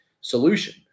solution